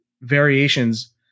variations